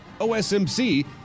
OSMC